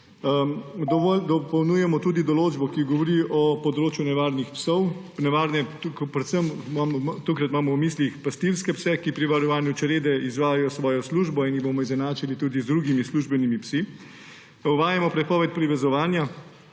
ravnanja. Dopolnjujemo tudi določbo, ki govori o področju nevarnih psov. Tu imamo v mislih predvsem pastirske pse, ki pri varovanju črede izvajajo svojo službo in jih bomo izenačili tudi z drugimi službenimi psi. Uvajamo prepoved privezovanja